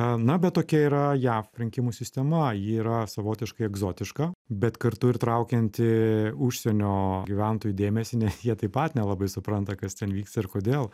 na bet tokia yra jav rinkimų sistema ji yra savotiškai egzotiška bet kartu ir traukianti užsienio gyventojų dėmesį nes jie taip pat nelabai supranta kas ten vyksta ir kodėl